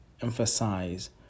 emphasize